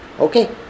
okay